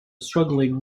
struggling